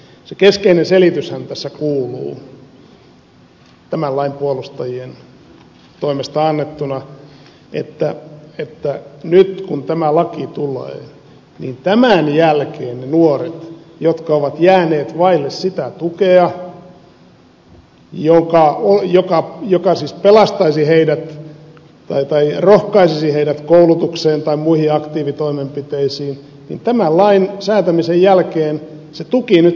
se keskeinen selityshän tässä kuuluu tämän lain puolustajien toimesta annettuna että nyt kun tämä laki tulee niin tämän jälkeen niille nuorille jotka ovat jääneet vaille sitä tukea joka siis pelastaisi tai rohkaisisi heidät koulutukseen tai muihin aktiivitoimenpiteisiin tämän lain säätämisen jälkeen se tuki nyt sitten tulee